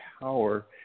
power